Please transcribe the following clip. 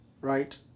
right